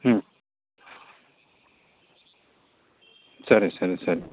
ಹ್ಞೂ ಸರಿ ಸರಿ ಸರಿ